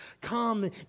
come